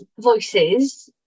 voices